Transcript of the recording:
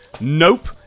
Nope